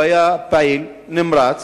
הוא היה פעיל, נמרץ,